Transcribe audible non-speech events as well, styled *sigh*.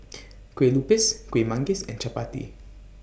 *noise* Kueh Lupis Kueh Manggis and Chappati